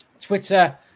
Twitter